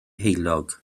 heulog